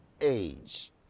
age